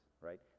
right